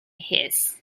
his